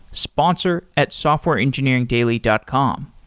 sponsor at softwareengineeringdaily dot com.